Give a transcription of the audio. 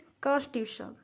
constitution